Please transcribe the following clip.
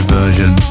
version